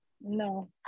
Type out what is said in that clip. No